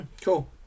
cool